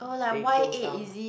they closed down